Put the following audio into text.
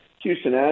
Houston